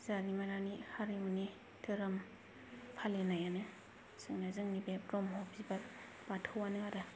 जारिमिनारि हारिमुनि धोरोम फालिनायानो जोंनो जोंनि बे ब्रम्ह बिबार बाथौआनो आरो